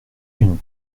une